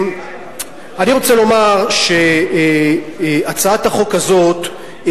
אני רוצה לומר שהצעת החוק הזאת,